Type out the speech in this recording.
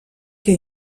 que